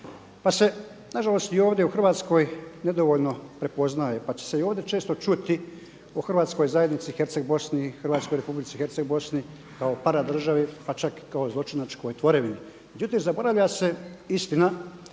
Pa se na žalost i ovdje u Hrvatskoj nedovoljno prepoznaje, pa će se i ovdje često čuti o Hrvatskoj zajednici Herceg Bosni, hrvatskoj Republici Herceg Bosni kao para državi, pa čak i kao zločinačkoj tvorevini.